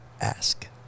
ask